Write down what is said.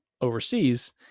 overseas